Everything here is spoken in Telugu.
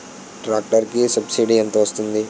ట్రాక్టర్ కి సబ్సిడీ ఎంత వస్తుంది?